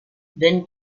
then